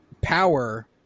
power